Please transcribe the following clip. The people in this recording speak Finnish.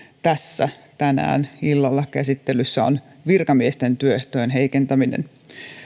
tässä tänään illalla käsittelyssä on virkamiesten työehtojen heikentäminen